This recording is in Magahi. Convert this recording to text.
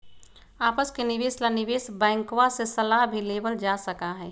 आपस के निवेश ला निवेश बैंकवा से सलाह भी लेवल जा सका हई